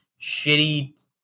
shitty